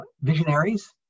visionaries